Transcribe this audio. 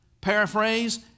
Paraphrase